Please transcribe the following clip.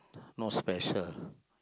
no special